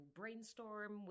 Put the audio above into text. brainstorm